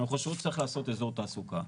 חושבות שצריך לעשות אזור תעסוקה,